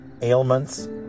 ailments